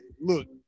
look